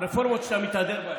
הרפורמות שאתה מתהדר בהן,